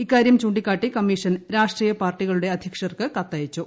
ഇക്കാരൃം ചൂണ്ടിക്കാട്ടി കമ്മീഷൻ രാഷ്ട്രീയ പാർട്ടികളുടെ അധ്യക്ഷൻമാർക്ക് കത്തയച്ചു